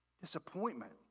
disappointment